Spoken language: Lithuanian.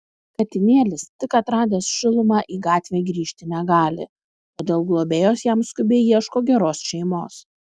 katinėlis tik atradęs šilumą į gatvę grįžti negali todėl globėjos jam skubiai ieško geros šeimos